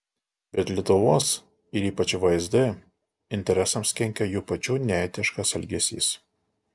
bet lietuvos ir ypač vsd interesams kenkia jų pačių neetiškas elgesys